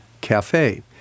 Cafe